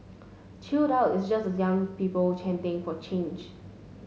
chill out it's just the young people chanting for change